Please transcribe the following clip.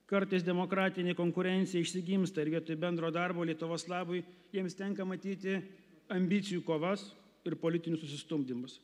kartais demokratinė konkurencija išsigimsta ir vietoj bendro darbo lietuvos labui jiems tenka matyti ambicijų kovas ir politinius susistumdymus